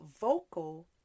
vocal